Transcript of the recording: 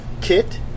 Kit